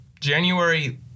January